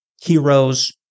heroes